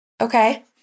Okay